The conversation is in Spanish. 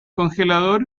congelador